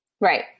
right